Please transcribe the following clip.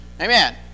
Amen